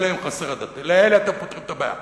אלה הם חסרי הדת, לאלה אתם פותרים את הבעיה.